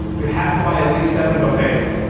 you have to buy at least seven buffets.